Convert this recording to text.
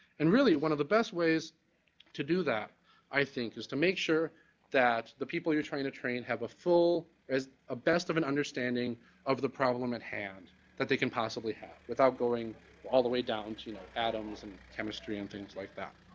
and really one of the best ways to do that i think is to make sure that the people you're trying to train have a full, a ah best of an understanding of the problem at hand that they can possibly have without going all the way down, you know, atoms and chemistry and things like that.